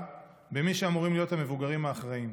במי שאמורים להיות המבוגרים האחראיים.